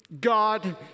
God